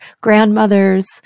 grandmothers